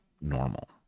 normal